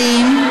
האם,